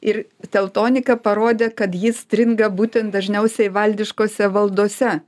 ir teltonika parodė kad ji stringa būtent dažniausiai valdiškose valdose